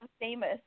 famous